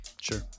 Sure